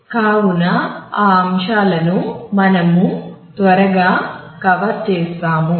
కావున ఈ అంశాలను మనము త్వరగా కవర్ చేస్తాము